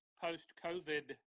post-COVID